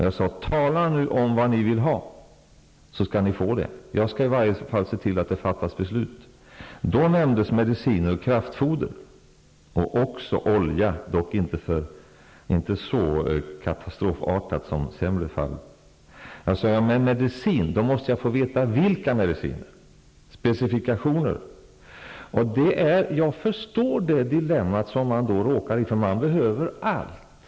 Jag sade: Tala nu om vad ni vill ha, så skall ni få det! Jag skall i varje fall se till att det fattas beslut. Då nämndes mediciner, kraftfoder och också olja, men behovet var då inte så akut som sedan blev fallet. Jag sade till dem att om de ville ha medicin måste de också tala om vilka mediciner de ville ha, ge mig specifikationer. Jag förstår det dilemma de då råkade in i, eftersom de behövde allt.